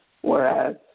whereas